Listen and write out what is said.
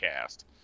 cast